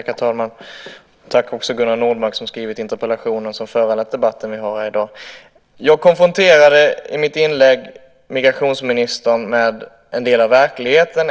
Herr talman! Tack till Gunnar Nordmark som har skrivit interpellationen som har föranlett debatten i dag. Jag konfronterade i mitt inlägg migrationsministern med en del av verkligheten.